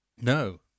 No